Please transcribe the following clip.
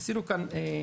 עשינו כאן